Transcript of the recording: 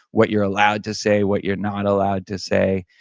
what you're allowed to say, what you're not allowed to say.